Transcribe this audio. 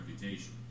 reputation